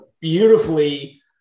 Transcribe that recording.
beautifully